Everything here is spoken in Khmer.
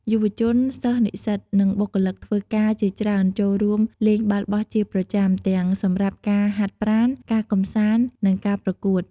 យុវជន សិស្ស និស្សិត និងបុគ្គលិកធ្វើការជាច្រើនចូលរួមលេងបាល់បោះជាប្រចាំ ទាំងសម្រាប់ការហាត់ប្រាណ ការកម្សាន្ត និងការប្រកួត។